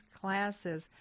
classes